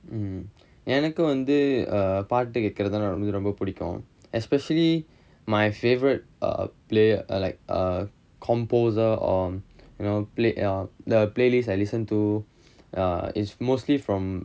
எனக்கு வந்து பாட்டு கேக்குறதுனா ரொம்ப புடிக்கும்:enakku vanthu paattu kaekkurathunaa romba pudikkum especially my favourite err player err like a composer or you know play or the playlist I listen to err it's mostly from